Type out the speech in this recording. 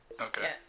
okay